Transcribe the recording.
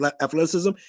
athleticism